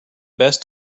best